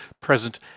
present